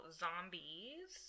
zombies